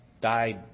died